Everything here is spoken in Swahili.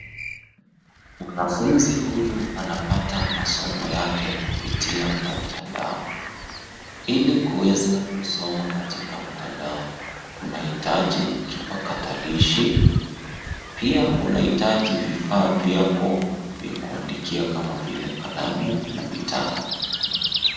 Mwanafunzi huyu anapata masomo yake kupitia kwa mtandao. Ili kuweza kusoma katika mtandao, unahitaji kipakatilishi, pia unahitaji vifaa vyako vya kuandikia kamma vile kalamu na kitabu.